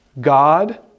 God